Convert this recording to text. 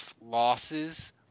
losses